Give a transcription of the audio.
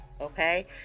Okay